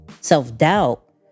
self-doubt